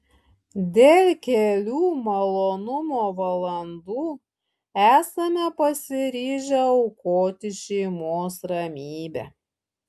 dėl kelių malonumo valandų esame pasiryžę aukoti šeimos ramybę